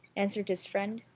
answered his friend.